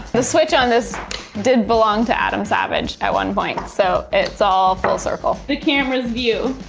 the switch on this did belong to adam savage at one point, so it's all full circle. the camera's view.